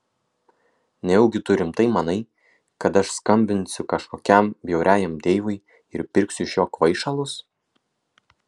nejaugi tu rimtai manai kad aš skambinsiu kažkokiam bjauriajam deivui ir pirksiu iš jo kvaišalus